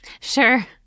Sure